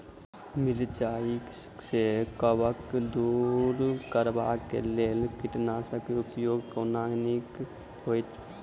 मिरचाई सँ कवक दूर करबाक लेल केँ कीटनासक केँ उपयोग केनाइ नीक होइत?